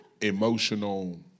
emotional